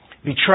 Betray